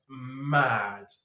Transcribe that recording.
mad